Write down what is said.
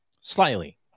Slightly